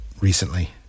recently